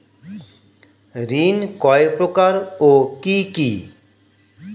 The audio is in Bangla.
ঋণ কয় প্রকার ও কি কি?